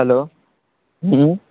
hello হুম